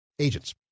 Agents